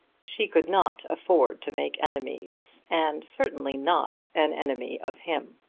she could not afford to make enemies and certainly not an enemy of him.